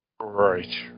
right